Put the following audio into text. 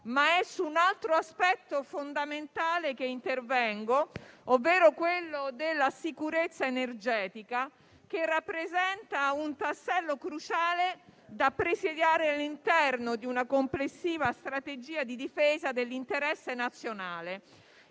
Ma è su un altro aspetto fondamentale che intervengo, ovvero quello della sicurezza energetica, che rappresenta un tassello cruciale da presidiare all'interno di una complessiva strategia di difesa dell'interesse nazionale